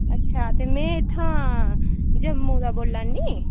अच्छा ते में इत्थूं जम्मू दा बोल्लै नी